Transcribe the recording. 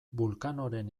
vulcanoren